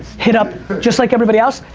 hit up just like everybody else,